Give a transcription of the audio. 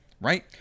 right